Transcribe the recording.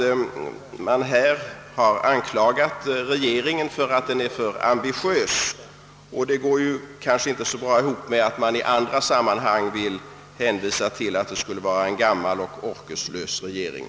Regeringen har här anklagats för att den är för ambitiös — och det går ju inte så bra ihop med de påståenden som i andra sammanhang görs, att det skulle vara en gammal och orkeslös regering!